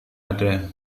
ada